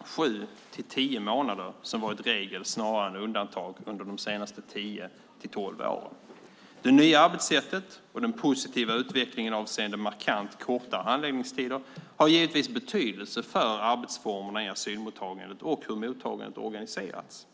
sju-tio månader som varit regel snarare än undantag under de senaste tio-tolv åren. Det nya arbetssättet och den positiva utvecklingen avseende markant kortare handläggningstider har givetvis betydelse för arbetsformerna i asylmottagandet och för hur mottagandet organiseras.